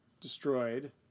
destroyed